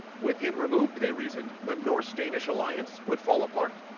with him removed, they reasoned, the norse-danish alliance would fall apart,